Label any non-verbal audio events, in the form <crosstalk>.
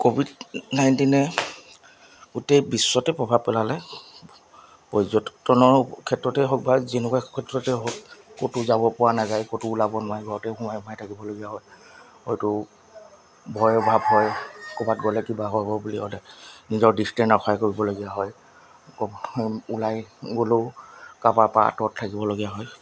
Covid নাইণ্টিনে গোটেই বিশ্বতে প্ৰভাৱ পেলালে পৰ্যটনৰ ক্ষেত্ৰতে হওক বা যেনেকুৱা ক্ষেত্ৰতে হওক ক'তো যাব পৰা নাযায় ক'তো ওলাব নোৱাৰে ঘৰতে সোমাই সোমাই থাকিবলগীয়া হয় হয়তো ভয় অভাৱ হয় ক'ৰবাত গ'লে কিবা হ'ব বুলি ক'লে নিজৰ <unintelligible> কৰিবলগীয়া হয় ওলাই গ'লেও কাবাৰ পা আঁতৰত থাকিবলগীয়া হয়